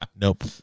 Nope